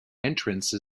entrance